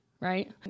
right